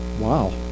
Wow